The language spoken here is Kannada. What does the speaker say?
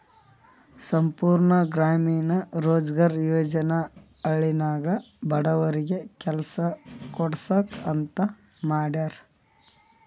ಸಂಪೂರ್ಣ ಗ್ರಾಮೀಣ ರೋಜ್ಗಾರ್ ಯೋಜನಾ ಹಳ್ಳಿನಾಗ ಬಡವರಿಗಿ ಕೆಲಸಾ ಕೊಡ್ಸಾಕ್ ಅಂತ ಮಾಡ್ಯಾರ್